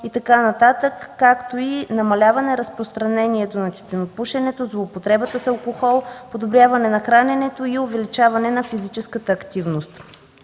и така нататък, както и намаляване разпространението на тютюнопушенето, злоупотребата с алкохол, подобряване на храненето и увеличаване на физическата активност.